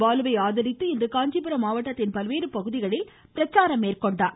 பாலுவை ஆதரித்து இன்று காஞ்சிபுரம் மாவட்டத்தின் பல்வேறு பகுதிகளில் பிரச்சாரம் மேற்கொண்டார்